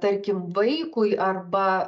tarkim vaikui arba